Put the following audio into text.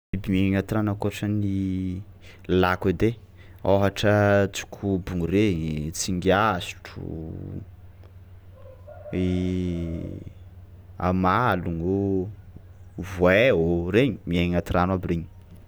Biby miaigny agnaty rano ankoatran'ny lako edy ai: ôhatra tsikobogno regny, tsingasotro, i amalogno ô, voay ô, regny miaigny agnaty rano aby regny.